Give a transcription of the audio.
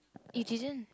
you didn't